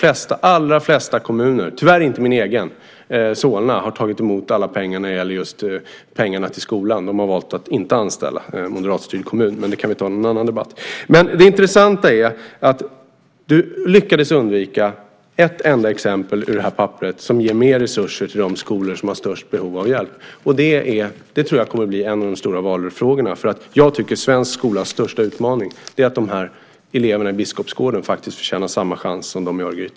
De allra flesta kommuner - dock inte min hemkommun Solna, tyvärr - har tagit emot alla pengarna, alltså de pengar som ska gå till skolan. Solna, som är en moderatstyrd kommun, har valt att inte anställa, men det kan vi ta i en annan debatt. Det intressanta är att Inger Davidson lyckades undvika ett enda exempel ur det nämnda papperet, det som ger mer resurser till de skolor som har störst behov av hjälp. Jag tror att skolan kommer att bli en av de stora valfrågorna, för svensk skolas största utmaning är att ge eleverna i Biskopsgården samma chans som eleverna i Örgryte.